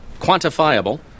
quantifiable